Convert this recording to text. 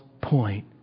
point